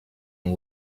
and